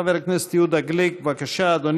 חבר הכנסת יהודה גליק, בבקשה, אדוני,